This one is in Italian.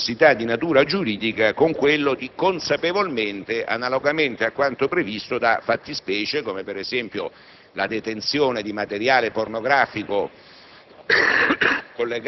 dubbi e perplessità di natura giuridica, con l'altro «consapevolmente», analogamente a quanto disposto da fattispecie come, per esempio, la detenzione di materiale pornografico